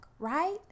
Right